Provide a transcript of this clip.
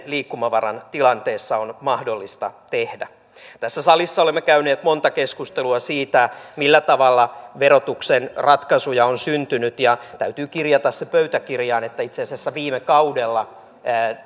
liikkumavaran tilanteessa on mahdollista tehdä tässä salissa olemme käyneet monta keskustelua siitä millä tavalla verotuksen ratkaisuja on syntynyt ja täytyy kirjata se pöytäkirjaan että itse asiassa viime kaudella